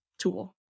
tool